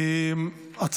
שימו לב,